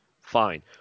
fine